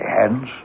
hands